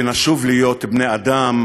ונשוב להיות בני-אדם,